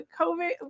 COVID